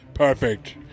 Perfect